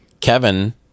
Kevin